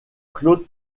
claude